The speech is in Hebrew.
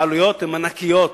העלויות הן ענקיות,